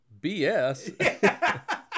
bs